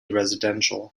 residential